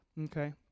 Okay